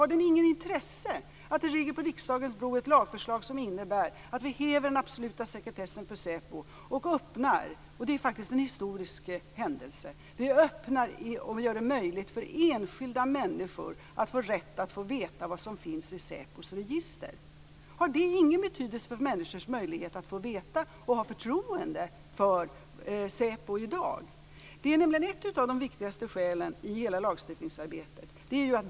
Har det inget intresse att det på riksdagens bord ligger ett lagförslag som innebär att vi häver den absoluta sekretessen för säpo? Vi öppnar och gör det möjligt - och det är faktiskt en historisk händelse - för enskilda människor att få rätt att veta vad som finns i säpos register. Har det ingen betydelse för människors möjlighet att få veta och ha förtroende för säpo i dag? Det här är nämligen ett av de viktigaste skälen i hela lagstiftningsarbetet.